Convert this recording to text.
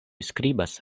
skribas